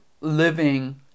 living